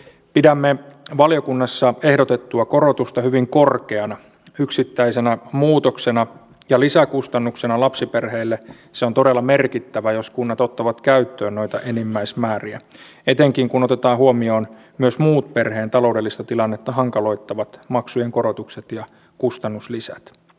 pidämme valiokunnassa ehdotettua korotusta hyvin korkeana yksittäisenä muutoksena ja lisäkustannuksena lapsiperheille se on todella merkittävä jos kunnat ottavat käyttöön noita enimmäismääriä etenkin kun otetaan huomioon myös muut perheen taloudellista tilannetta hankaloittavat maksujen korotukset ja kustannuslisät